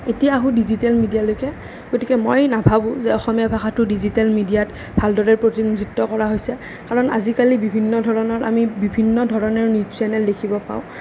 এতিয়া আহোঁ ডিজিটেল মিডিয়ালৈকে গতিকে মই নাভাবোঁ যে অসমীয়া ভাষাটো ডিজিটেল মিডিয়াত ভালদৰে প্ৰতিনিধিত্ব কৰা হৈছে কাৰণ আজিকালি বিভিন্ন ধৰণৰ আমি বিভিন্ন ধৰণৰ নিউজ চেনেল দেখিবলৈ পাওঁ